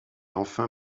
enfin